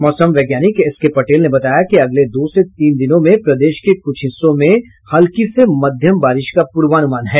मौसम वैज्ञानिक एसके पटेल ने बताया कि अगले दो से तीन दिनों में प्रदेश के कुछ हिस्सों में हल्की से मध्यम बारिश का पूर्वानुमान है